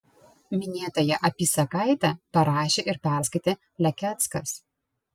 minėtąją apysakaitę parašė ir perskaitė lekeckas